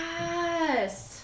Yes